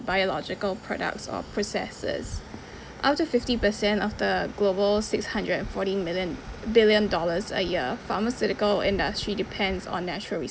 biological products or processes out of fifty percent of the global six hundred and fourteen million billion dollars a year pharmaceutical industry depends on natural